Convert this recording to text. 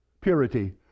purity